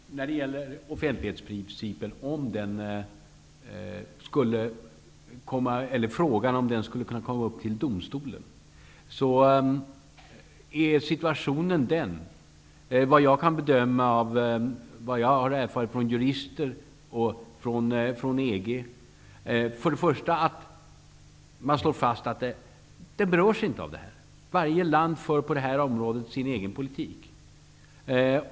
Herr talman! Frågan var om offentlighetsprincipen skulle kunna komma upp i domstolen. Såvitt jag har erfarit från jurister och från EG slår man fast att den inte berörs. Varje land för på detta område sin egen politik.